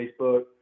Facebook